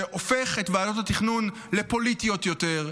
שהופך את ועדות תכנון לפוליטיות יותר,